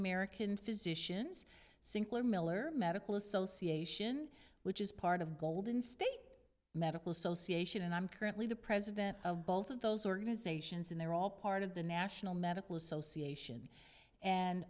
american physicians or miller medical association which is part of golden state medical association and i'm currently the president of both of those organizations and they're all part of the national medical association and